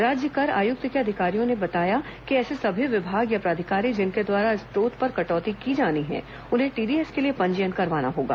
राज्य कर आयुक्त के अधिकारियों के बताया कि ऐसे सभी विभाग या प्राधिकारी जिनके द्वारा स्रोत पर कटौती की जानी है उन्हें टीडीएस के लिए पंजीयन करवाना होगा